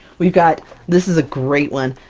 we've got this is a great one!